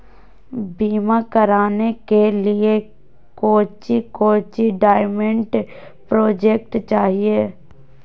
बीमा कराने के लिए कोच्चि कोच्चि डॉक्यूमेंट प्रोजेक्ट चाहिए?